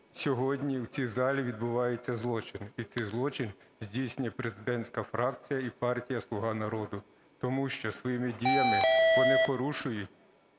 Сьогодні в цій залі відбувається злочин, і цей злочин здійснює президентська фракція і партія "Слуга народу", тому що своїми діями вони порушують